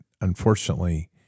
unfortunately